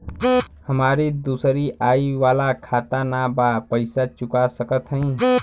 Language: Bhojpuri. हमारी दूसरी आई वाला खाता ना बा पैसा चुका सकत हई?